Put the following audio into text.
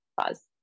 pause